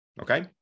okay